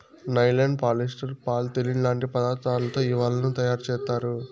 nylon, polyester, polythene లాంటి పదార్థాలతో ఈ వలలను తయారుచేత్తారు